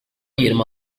yirmi